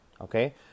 okay